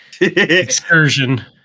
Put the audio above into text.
excursion